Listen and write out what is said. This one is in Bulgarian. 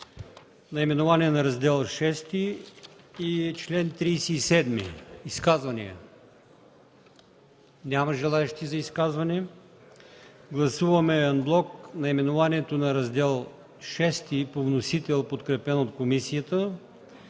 Наименование на Раздел VІ и чл. 37 – изказвания? Няма желаещи за изказвания. Гласуваме анблок наименованието на Раздел VІ по вносител, подкрепено от комисията